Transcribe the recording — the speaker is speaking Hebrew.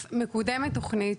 אז מקודמת תוכנית,